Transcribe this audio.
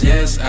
Yes